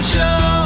Show